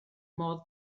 modd